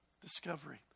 discovery